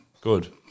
Good